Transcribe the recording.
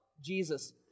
Jesus